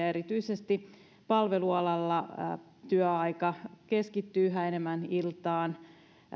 erityisesti palvelualalla työaika keskittyy yhä enemmän iltaan